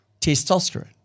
testosterone